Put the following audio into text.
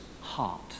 heart